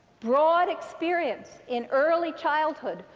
broad experience in early childhood,